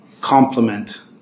complement